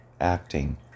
acting